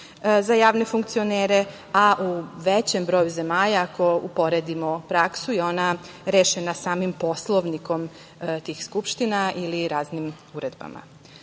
za javne funkcionere, a u većem broju zemalja, ako uporedimo praksu, ona je rešena samim poslovnikom tih skupština ili raznim uredbama.